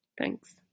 Thanks